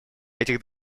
этих